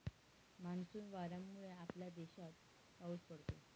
monsoon वाऱ्यांमुळे आपल्या देशात पाऊस पडतो